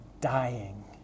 dying